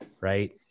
Right